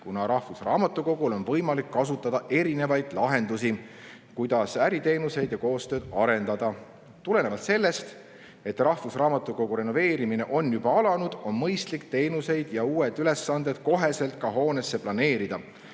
kuna rahvusraamatukogul on võimalik kasutada erinevaid lahendusi, kuidas äriteenuseid ja koostööd arendada. Tulenevalt sellest, et rahvusraamatukogu renoveerimine on juba alanud, on mõistlik need teenused ja uued ülesanded kohe ka hoonesse planeerida.